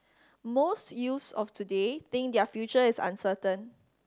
most youths of today think their future is uncertain